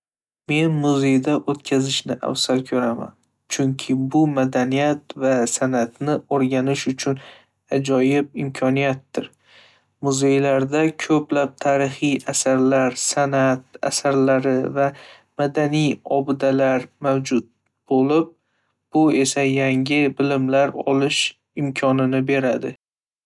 Men muzeyda o'tkazishni afzal ko'raman, chunki bu madaniyat va san'atni o'rganish uchun ajoyib imkoniyatdir. Muzeylarda ko'plab tarixiy asarlar, san'at asarlari va madaniy obidalar mavjud, bo'lib bu esa yangi bilimlar olish imkonini.